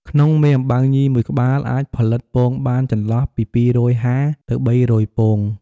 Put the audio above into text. ក្នុងមេអំបៅញីមួយក្បាលអាចផលិតពងបានចន្លោះពី២៥០ ទៅ៣០០ពង។